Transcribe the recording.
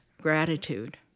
gratitude